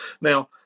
Now